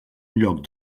lloc